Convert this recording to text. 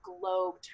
globe